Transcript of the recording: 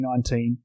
2019